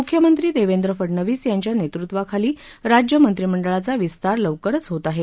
मुख्यमंत्री देवेंद्र फडनवीस यांच्या नेतृत्वाखाली राज्य मंत्रीमंडळाचा विस्तार लवकरच होत आहे